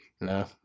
No